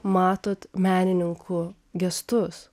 matot menininkų gestus